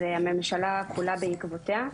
והממשלה כולה בעקבותיה.